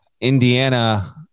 Indiana